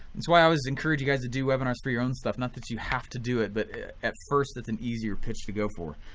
that's why i always encourage you guys to do webinars for your own stuff, not that you have to do it but at first it's an easier pitch to go for.